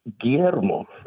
Guillermo